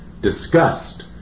disgust